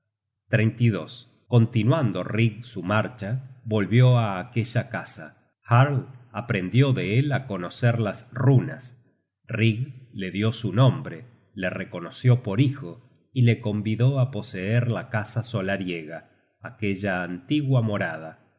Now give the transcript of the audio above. ejercitaba en nadar continuando rig su marcha volvió á aquella casa jarl aprendió de él á conocer las runas rig le dió su nombre le reconoció por hijo y le convidó á poseer la casa solariega aquella antigua morada